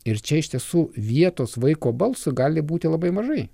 ir čia iš tiesų vietos vaiko balsui gali būti labai mažai